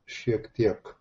šiek tiek